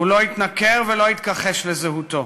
הוא לא התנכר ולא התכחש לזהותו.